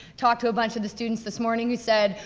talked to a bunch of the students this morning, who said,